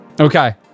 Okay